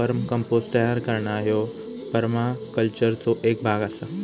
वर्म compost तयार करणा ह्यो परमाकल्चरचो एक भाग आसा